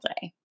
Day